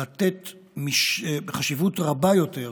לתת חשיבות רבה יותר,